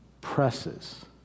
presses